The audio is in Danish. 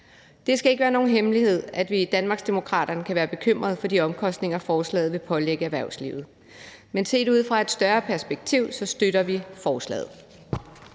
Det skal ikke være nogen hemmelighed, at vi i Danmarksdemokraterne kan være bekymret for de omkostninger, forslaget vil pålægge erhvervslivet. Men set ud fra et større perspektiv støtter vi forslaget.